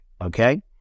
okay